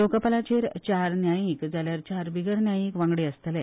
लोकपालाचेर चार न्यायिक जाल्यार चार बिगर न्यायीक वांगडी आसतले